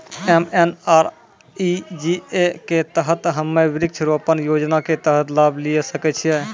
MNREGA के तहत हम्मय वृक्ष रोपण योजना के तहत लाभ लिये सकय छियै?